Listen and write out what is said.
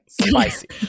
Spicy